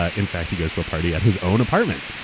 ah in fact, he goes to a party at his own apartment,